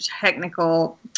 technical